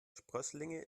sprösslinge